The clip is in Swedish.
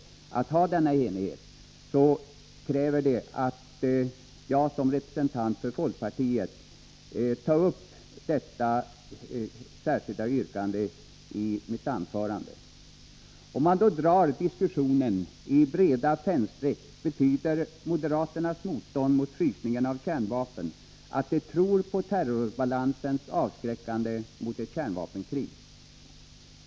Synpunkterna i det särskilda yttrandet är dock så viktiga att jag som representant för folkpartiet bör ta upp dem i mitt anförande. Om man i breda pennstreck skall återge diskussionen kan man säga att moderaternas motstånd mot frysningen av kärnvapen betyder, att de tror på terrorbalansens avskräckande verkan mot ett kärnvapenkrig.